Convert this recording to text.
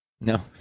No